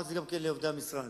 אמרתי את זה גם לעובדי המשרד.